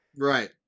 right